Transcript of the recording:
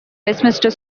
westminster